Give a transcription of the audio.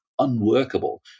unworkable